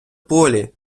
полі